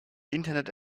internet